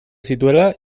zituela